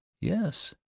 yes